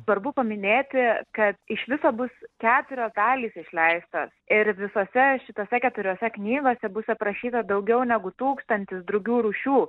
svarbu paminėti kad iš viso bus keturios dalys išleistos ir visose šitose keturiose knygose bus aprašyta daugiau negu tūkstantis drugių rūšių